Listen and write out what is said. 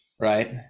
Right